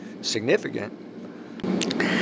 significant